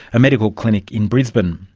a medical clinic in brisbane.